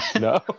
No